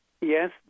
Yes